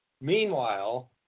Meanwhile